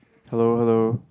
hello hello